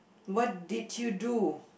what did you do